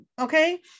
okay